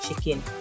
chicken